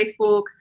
Facebook